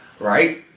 right